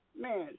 Man